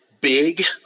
big